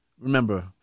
remember